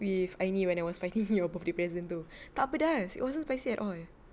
with aini when I was finding your birthday present tu tak pedas it wasn't spicy at all